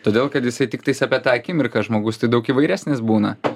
todėl kad jisai tiktais apie tą akimirką žmogus tai daug įvairesnis būna